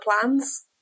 plans